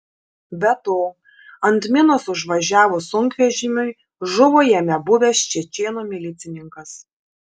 be to ant minos užvažiavus sunkvežimiui žuvo jame buvęs čečėnų milicininkas